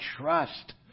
trust